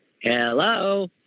Hello